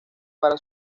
para